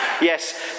Yes